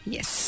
Yes